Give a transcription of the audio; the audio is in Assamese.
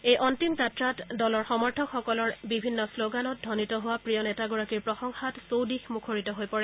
এই অন্তিমযাত্ৰাত দলৰ সমৰ্থকসকলৰ বিভিন্ন শ্লগানতধ্ধবনিত হোৱা প্ৰিয় নেতাগৰাকীৰ প্ৰশংসাত চৌদিশ মুখৰ হৈ পৰে